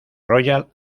royal